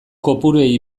kopuruei